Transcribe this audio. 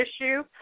issue